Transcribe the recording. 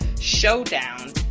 Showdown